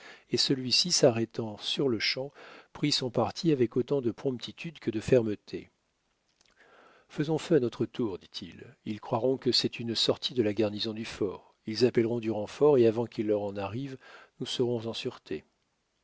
et celui-ci s'arrêtant sur-le-champ prit son parti avec autant de promptitude que de fermeté faisons feu à notre tour dit-il ils croiront que c'est une sortie de la garnison du fort ils appelleront du renfort et avant qu'il leur en arrive nous serons en sûreté